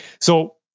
So-